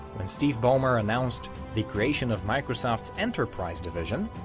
when steve ballmer announced the creation of microsoft's enterprise division,